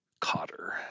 Cotter